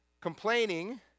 complaining